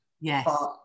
Yes